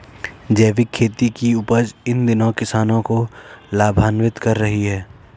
जैविक खेती की उपज इन दिनों किसानों को लाभान्वित कर रही है